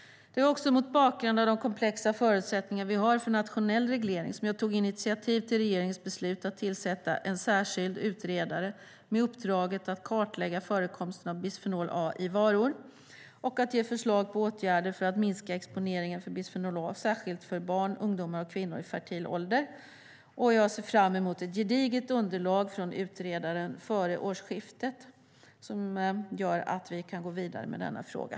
Det var också mot bakgrund av de komplexa förutsättningar vi har för nationell reglering som jag tog initiativ till regeringens beslut att tillsätta en särskild utredare med uppdraget att kartlägga förekomsten av bisfenol A i varor och att ge förslag på åtgärder för att minska exponeringen för bisfenol A, särskilt för barn, ungdomar och kvinnor i fertil ålder. Jag ser fram emot ett gediget underlag från utredaren före årsskiftet, som gör att vi kan gå vidare med denna fråga.